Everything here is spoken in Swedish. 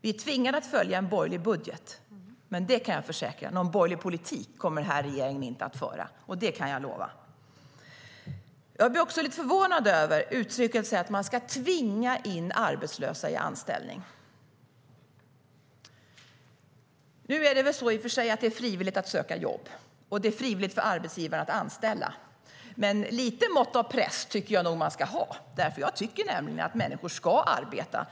Vi är tvingade att följa en borgerlig budget, men jag kan försäkra att någon borgerlig politik kommer regeringen inte att föra. Det kan jag lova! Jag blir förvånad över att Désirée Pethrus säger att arbetslösa kommer att tvingas in i anställning. Nu är det i och för sig frivilligt att söka jobb, och det är frivilligt för arbetsgivare att anställa. Men ett litet mått av press tycker jag nog att det ska finnas. Jag tycker att människor ska arbeta.